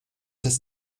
des